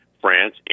France